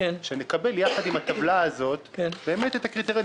שנקבל ביחד עם הטבלה הזאת את הקריטריונים.